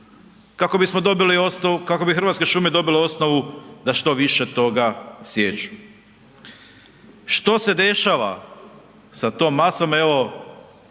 kako bi Hrvatske šume dobile osnovu da što više toga sječu. Što se dešava sa tom masom,